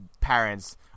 parents